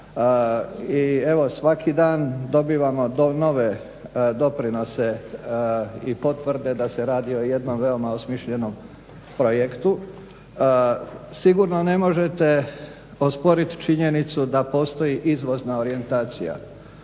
I evo svaki dan dobivamo nove doprinose i potvrde da se radi o jednom veoma osmišljenom projektu. Sigurno ne možete osporiti činjenicu da postoji izvozna orijentacija